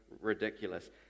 ridiculous